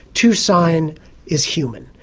to sign is human.